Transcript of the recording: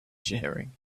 sharing